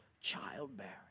Childbearing